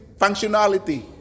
functionality